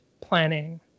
planning